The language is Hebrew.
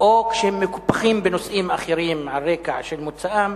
או כשהם מקופחים בנושאים אחרים על רקע של מוצאם,